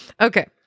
Okay